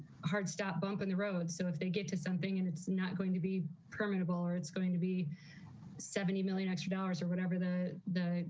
hard stop bump in the road. so if they get to something and it's not going to be permissible or it's going to be seventy million extra dollars or whatever the the